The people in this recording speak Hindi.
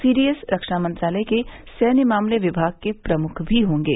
सीडीएस रक्षा मंत्रालय के सैन्य मामले विभाग के प्रमुख भी होंगे